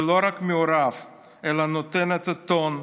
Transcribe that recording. ולא רק מעורב אלא נותן את הטון,